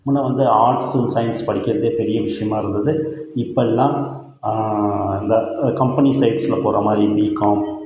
அப்போலாம் வந்து arts and science படிக்கிறதே பெரிய விஷயமா இருந்தது இப்போலாம் இந்த கம்பெனி சைட்ஸுக்கு போகிற மாதிரி பிகாம்